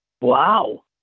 Wow